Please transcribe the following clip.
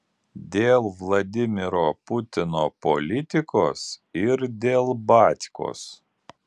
dėl vladimiro putino politikos ir dėl batkos